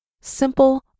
simple